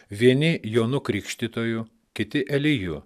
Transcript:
vieni jonu krikštytoju kiti eliju